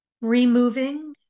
removing